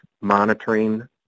monitoring